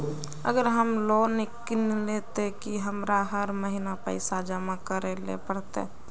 अगर हम लोन किनले ते की हमरा हर महीना पैसा जमा करे ले पड़ते?